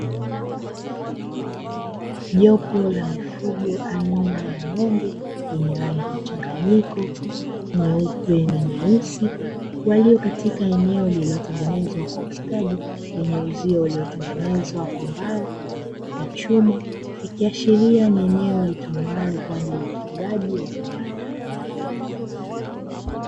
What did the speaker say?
jopu la mifugo aina ya mbuziVumbirhi mchanganyiko nyeupe na nyeusi walio katika eneo lililotengenezwa kwa ustadi vyenye uzio waliotengenezwa kwa mbao na chuma, ikiashiria ni eneo litumiwalo kwa ajili ya ufugaji.